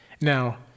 Now